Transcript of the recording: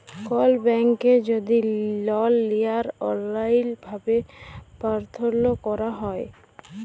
call ব্যাংকে যদি লল লিয়ার অললাইল ভাবে পার্থলা ক্যরা হ্যয়